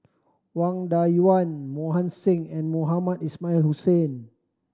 Wang Dayuan Mohan Singh and Mohamed Ismail Hussain